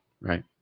Right